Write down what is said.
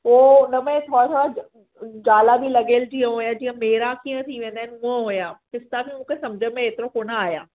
उहो उनमें थोरा थोरा जाला लॻेल जीअं मेरा कीअं थी वेंदा आहिनि उहं हुया मुंखे सम्झ में एतिरो कोनि आया